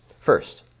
First